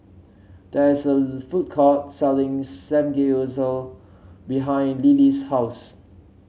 there is a food court selling Samgeyopsal behind Lillie's house